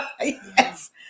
yes